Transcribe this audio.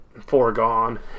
foregone